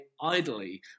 idly